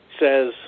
says